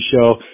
show